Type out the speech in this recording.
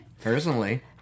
Personally